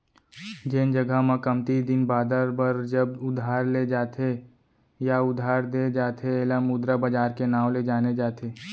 जेन जघा म कमती दिन बादर बर जब उधार ले जाथे या उधार देय जाथे ऐला मुद्रा बजार के नांव ले जाने जाथे